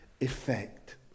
effect